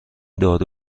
دارو